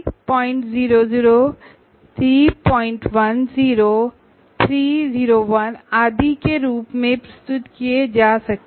course 300 या 310 301आदि के रूप में प्रस्तुत किए जा सकते हैं